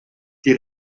die